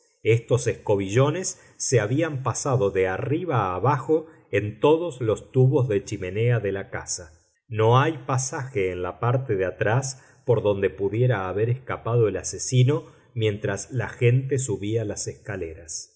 estos escobillones se habían pasado de arriba abajo en todos los tubos de chimenea de la casa no hay pasaje en la parte de atrás por donde pudiera haber escapado el asesino mientras la gente subía las escaleras